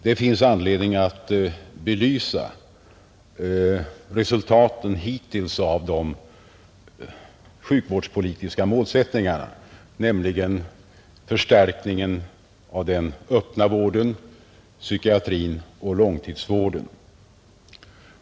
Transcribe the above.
Det finns anledning att belysa resultaten hittills av den sjukvårdspolitiska målsättningen, nämligen att förstärka den öppna vården, psykiatrin och långtidsvården.